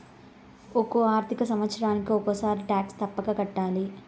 ఒక్కో ఆర్థిక సంవత్సరానికి ఒక్కసారి టాక్స్ తప్పక కట్టాలి